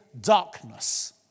darkness